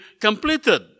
completed